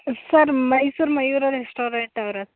sir Mysuru Mayura restaurant ಅವರಾ sir